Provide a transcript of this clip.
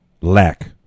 lack